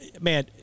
Man